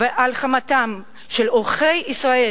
וחובתו של כל אחד מאתנו בפרט, דור שהוא ערכי,